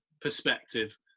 perspective